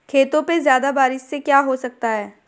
खेतों पे ज्यादा बारिश से क्या हो सकता है?